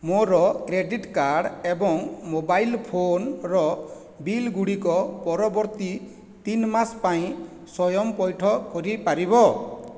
ମୋର credit card ଏବଂ mobile ଫୋନର ବିଲ୍ ଗୁଡ଼ିକ ପରବର୍ତ୍ତୀ ତିନି ମାସ ପାଇଁ ସ୍ଵୟଂ ପଇଠ କରିପାରିବ